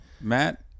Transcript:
Matt